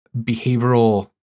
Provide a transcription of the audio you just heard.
behavioral